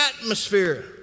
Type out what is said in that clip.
atmosphere